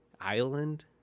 island